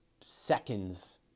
seconds